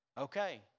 okay